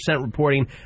reporting